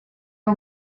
are